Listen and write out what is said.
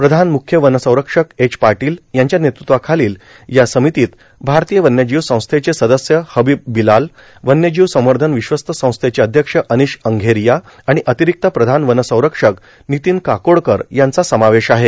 प्रधान म्रख्य वनसंरक्षक एच पाटोल यांच्या नेतृत्वाखालोल या र्सामतीत भारतीय वन्यजीव संस्थेचे सदस्य हबीब बिलाल वन्यजीव संवधन र्विश्वस्त संस्थेचे अध्यक्ष र्आनश अर्घोरया र्आण र्आतारक्त प्रधान वनसंरक्षक नितीन काकोडकर यांचा समावेश आहे